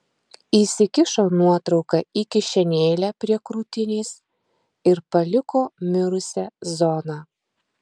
įsikišo nuotrauką į kišenėlę prie krūtinės ir paliko mirusią zoną